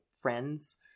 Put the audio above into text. friends